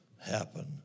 happen